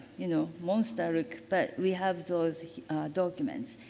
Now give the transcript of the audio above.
you know, monster. but, we have those documents.